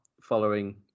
following